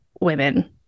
women